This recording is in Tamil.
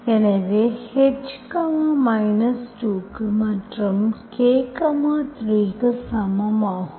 எனவே h 2 க்கு மற்றும் k 3 க்கு சமம் ஆகும்